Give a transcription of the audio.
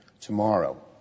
Tomorrow